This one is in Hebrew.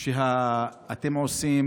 שאתם עושים,